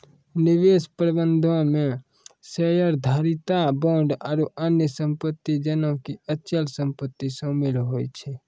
निवेश प्रबंधनो मे शेयरधारिता, बांड आरु अन्य सम्पति जेना कि अचल सम्पति शामिल होय छै